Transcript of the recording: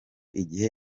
igihe